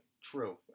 True